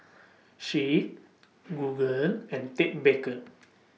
Schick Google and Ted Baker